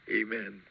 amen